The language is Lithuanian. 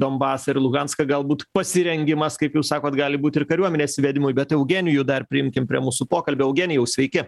donbasą ir luganską galbūt pasirengimas kaip jūs sakot gali būti ir kariuomenės įvedimui bet eugenijų dar priimkim prie mūsų pokalbio eugenijau sveiki